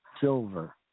silver